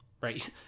right